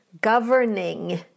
governing